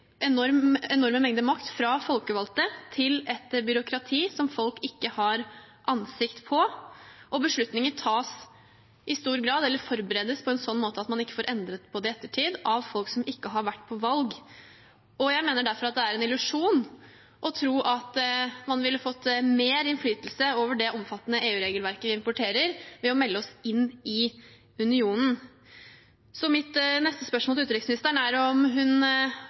enorme mengder makt fra folkevalgte til et byråkrati som folk ikke har ansikt på, og beslutninger tas eller forberedes i stor grad på en slik måte at man ikke får endret dem i ettertid, av folk som ikke har vært på valg. Jeg mener derfor at det er en illusjon å tro at man ville fått mer innflytelse over det omfattende EU-regelverket vi importerer, ved å melde oss inn i unionen. Så mitt neste spørsmål til utenriksministeren er: Mener hun